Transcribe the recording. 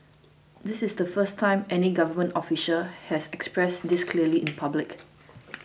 this is the first time any government official has expressed this clearly in public